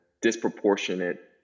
disproportionate